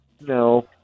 No